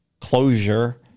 closure